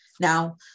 Now